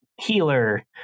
healer